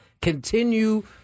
continue